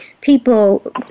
people